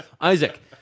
Isaac